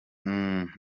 uwimana